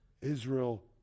Israel